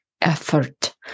effort